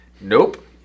nope